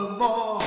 more